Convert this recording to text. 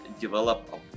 develop